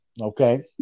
Okay